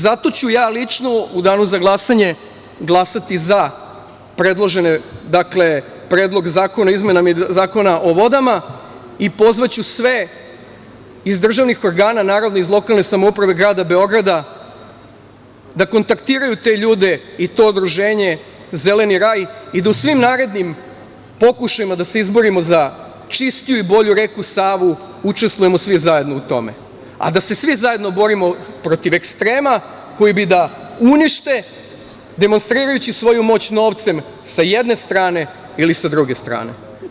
Zato ću ja lično u danu za glasanje glasati za Predlog zakona o izmenama Zakona o vodama i pozvaću sve iz državnih organa, naravno, iz lokalne samouprave grada Beograda, da kontaktiraju te ljude i to udruženje „Zeleni raj“ i da u svim narednim pokušajima da se izborimo za čistiju i bolju reku Savu učestvujemo svi zajedno u tome, a da se svi zajedno borimo protiv ekstrema koji bi da unište, demonstrirajući svoju moć novcem sa jedne strane ili sa druge strane.